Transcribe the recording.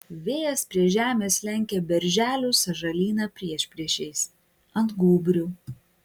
vėjas prie žemės lenkia berželių sąžalyną priešpriešiais ant gūbrių